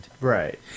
Right